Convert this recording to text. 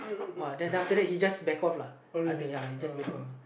uh then after after that he just back off uh I think ya he just back off uh